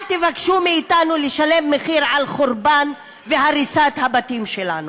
אל תבקשו מאתנו לשלם מחיר על חורבן והריסת הבתים שלנו.